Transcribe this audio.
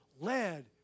led